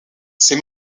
ses